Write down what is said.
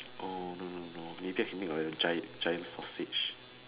oh no no no we just make our giant sausage